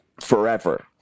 forever